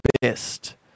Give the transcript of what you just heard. best